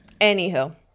anywho